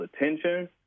attention